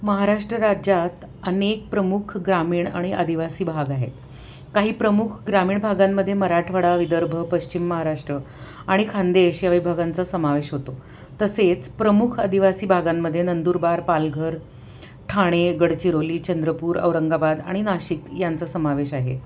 महाराष्ट्र राज्यात अनेक प्रमुख ग्रामीण आणि आदिवासी भाग आहेत काही प्रमुख ग्रामीण भागांमध्ये मराठवाडा विदर्भ पश्चिम महाराष्ट्र आणि खानदेश या विभागांचा समावेश होतो तसेच प्रमुख आदिवासी भागांमध्ये नंदूरबार पालघर ठाणे गडचिरोली चंद्रपूर औरंगाबाद आणि नाशिक यांचा समावेश आहे